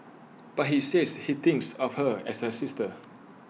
but he says he thinks of her as A sister